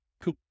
cool